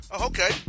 okay